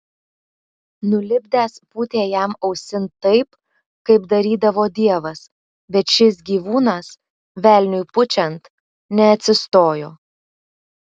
nulipdęs pūtė jam ausin taip kaip darydavo dievas bet šis gyvūnas velniui pučiant neatsistojo